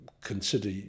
consider